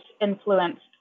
influenced